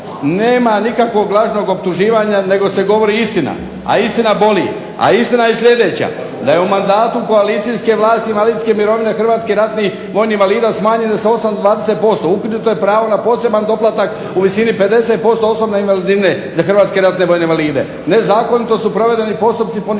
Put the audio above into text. Nema nikakvog lažnog optuživanja nego se govori istina. A istina boli. A istina je sljedeća, da je u mandatu koalcijske vlasti invalidske mirovine hrvatskih ratnih vojnih invalida smanjene sa 8% do 20%, ukinuto je pravo na poseban doplatak u visini 50% osobne invalidnine za hrvatske ratne vojne invalide, nezakonito su provedeni postupci poništavanja